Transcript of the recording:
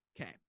Okay